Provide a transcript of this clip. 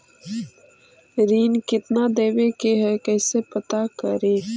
ऋण कितना देवे के है कैसे पता करी?